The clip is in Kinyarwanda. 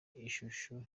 ishusho